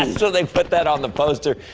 and so they put that on the poster.